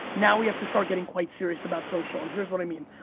now we have to start getting quite serious about social, and here's what i mean.